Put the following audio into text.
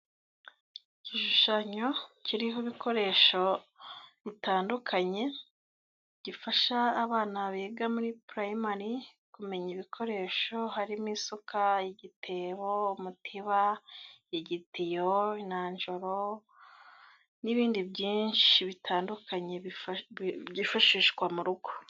Igishushanyo kiriho ibikoresho bitandukanye gifasha abana biga muri purayimari kumenya ibikoresho harimo isuka, igitebo, umutiba, igitiyo, inanjoro n'ibindi byinshi bitandukanye byifashishwa mu rugo.